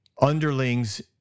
underlings